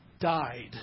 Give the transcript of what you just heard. Died